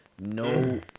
No